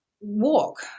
walk